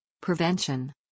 Prevention